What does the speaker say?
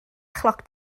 chloc